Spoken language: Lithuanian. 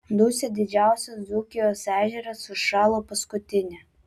dusia didžiausias dzūkijos ežeras užšalo paskutinė